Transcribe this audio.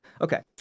Okay